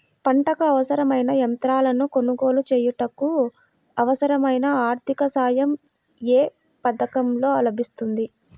పంటకు అవసరమైన యంత్రాలను కొనగోలు చేయుటకు, అవసరమైన ఆర్థిక సాయం యే పథకంలో లభిస్తుంది?